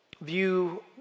view